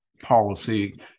policy